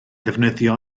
ddefnyddio